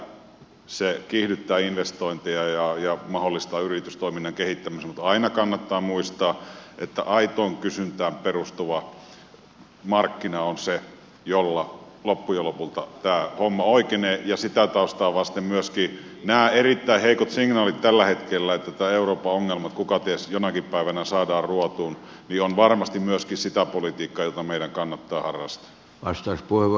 totta kai se kiihdyttää investointeja ja mahdollistaa yritystoiminnan kehittämisen mutta aina kannattaa muistaa että aitoon kysyntään perustuva markkina on se jolla loppujen lopulta tämä homma oikenee ja sitä taustaa vasten myöskin nämä erittäin heikot signaalit tällä hetkellä siitä että tämä euroopan ongelma kukaties jonakin päivänä saadaan ruotuun ovat varmasti myöskin sitä politiikkaa jota meidän kannattaa harrastaa